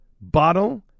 Bottle